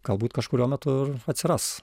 galbūt kažkuriuo metu ir atsiras